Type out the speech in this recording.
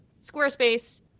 Squarespace